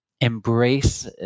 embrace